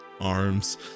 ARMS